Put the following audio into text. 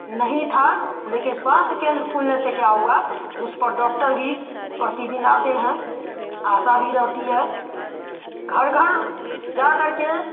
नहीं था लेकिन स्वास्थ्य केंद्र खुलने से क्या हुआ उस पर डॉक्टर भी प्रतिदिन आते हैं आशा भी रहती है घर घर जाकर के